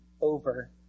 over